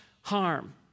harm